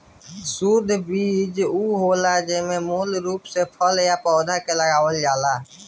शुद्ध बीज उ होला जेमे मूल रूप से फल या पौधा के लगावल जाला